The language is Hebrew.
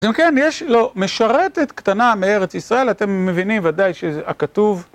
גם כן, יש לו משרתת קטנה מארץ ישראל, אתם מבינים ודאי שזה הכתוב.